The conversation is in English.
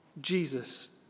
Jesus